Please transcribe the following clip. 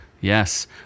Yes